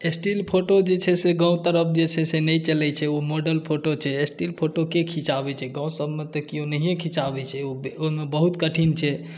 still photo जे छै से गाम तरफ़ जे छै से नहि चलै छै ओ मॉडल फ़ोटो छै स्टिल फ़ोटो के खिचाबै छै गामसभमे तऽ किओ नहिए खिचाबै छै ओहिमे बहुत कठिन छै